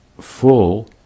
full